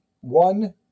one